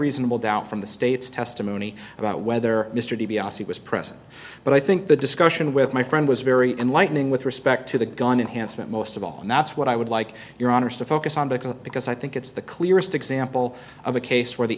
reasonable doubt from the state's testimony about whether mr di biase was present but i think the discussion with my friend was very enlightening with respect to the gun enhanced most of all and that's what i would like your honour's to focus on because because i think it's the clearest example of a case where the